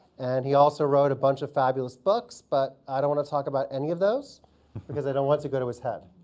and he also wrote a bunch of fabulous books, but i don't want to talk about any of those because i don't want it to go to his head.